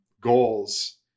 goals